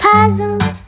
Puzzles